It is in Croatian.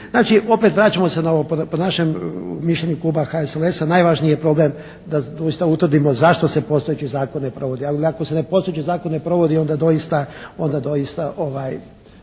Znači opet vraćamo se na ovo po našem mišljenju kluba HSLS-a najvažniji je problem da doista utvrdimo zašto se postojeći zakon ne provodi, ali ako se postojeći zakon ne provodi onda doista velika je